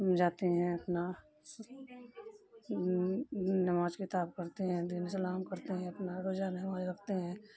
جاتے ہیں اپنا نماز کتاب پرھتے ہیں دین سلام کرتے ہیں اپنا روزہ نماز رکھتے ہیں